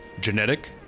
Genetic